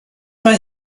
mae